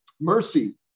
mercy